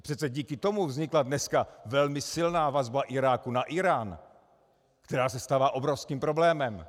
I přece díky tomu vznikla dneska velmi silná vazba Iráku na Írán, která se stává obrovským problémem.